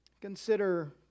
consider